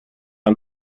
ein